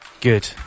good